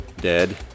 dead